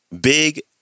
Big